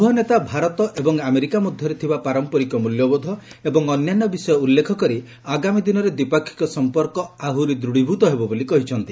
ଉଭୟ ନେତା ଭାରତ ଏବଂ ଆମେରିକା ମଧ୍ୟରେ ଥିବା ପାରମ୍ପରିକ ମୂଲ୍ୟବୋଧ ଏବଂ ଅନ୍ୟାନ୍ୟ ବିଷୟ ଉଲ୍ଲେଖ କରି ଆଗାମୀ ଦିନରେ ଦ୍ୱିପାକ୍ଷିକ ସମ୍ପର୍କ ଆହୁରି ଦୂତ୍ବୀଭୂତ ହେବ ବୋଲି କହିଛନ୍ତି